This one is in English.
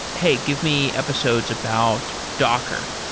hey, give me episodes about docker,